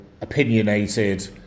opinionated